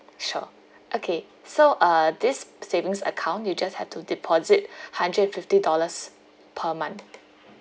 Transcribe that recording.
sure okay so uh this savings account you just have to deposit hundred and fifty dollars per month